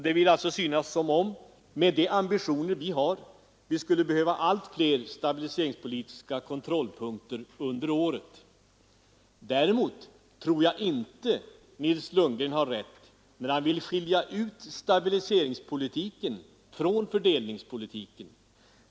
Det vill alltså synas som om, med de ambitioner vi har, vi skulle behöva allt fler stabiliseringspolitiska kontrollpunkter under året. Däremot tror jag inte att Nils Lundgren har rätt när han vill skilja ut stabiliseringspolitiken från fördelningspolitiken.